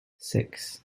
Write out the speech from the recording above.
six